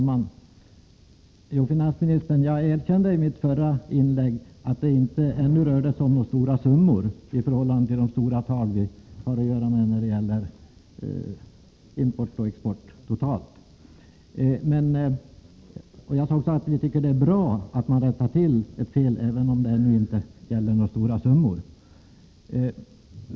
Herr talman! Jag erkände, herr finansminister, i mitt förra inlägg att det ännu inte rör sig om några stora summor i förhållande till de stora tal vi har att göra med när det gäller import och export totalt. Jag sade också att vi tycker att det är bra att man rättar till ett fel, även om det ännu inte gäller några stora summor.